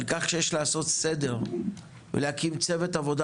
על כך שיש לעשות סדר ולהקים צוות עבודה